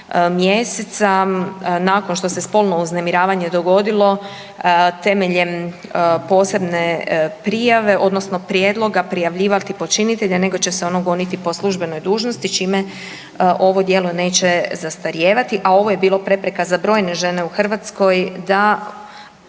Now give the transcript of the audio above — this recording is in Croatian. mjeseca nakon što se spolno uznemiravanje dogodilo temeljem posebne prijave odnosno prijedloga prijavljivati počinitelja nego će se ono goniti po službenoj dužnosti čime ovo djelo neće zastarijevati, a ovo je bilo prepreka za brojne žene u Hrvatskoj da